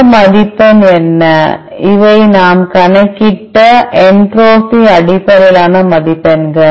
இந்த மதிப்பெண் என்ன இவை நாம் கணக்கிட்ட என்ட்ரோபி அடிப்படையிலான மதிப்பெண்கள்